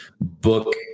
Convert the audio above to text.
book